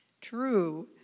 true